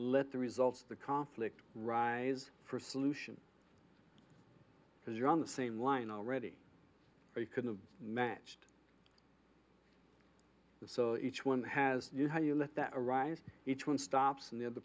let the results of the conflict rise for a solution because you're on the same line already they could've matched the so each one has you how you let that arise each one stops and the other